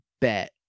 bet